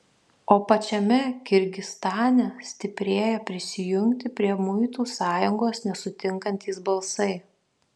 o pačiame kirgizstane stiprėja prisijungti prie muitų sąjungos nesutinkantys balsai